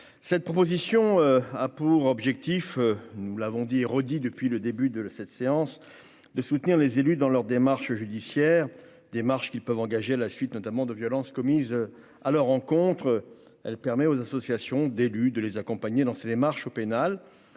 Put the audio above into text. cette proposition. Pour objectif, nous l'avons dit redit depuis le début de cette séance de soutenir les élus dans leur démarche judiciaire des marches qui peuvent engager la suite notamment de violences commises à leur encontre, elle permet aux associations d'élus, de les accompagner dans ses démarches au pénal,